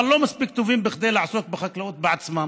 אבל לא מספיק טובים כדי לעסוק בחקלאות בעצמם